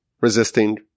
resisting